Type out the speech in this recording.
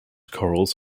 corals